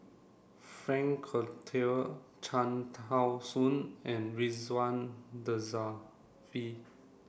Frank Cloutier Cham Tao Soon and Ridzwan Dzafir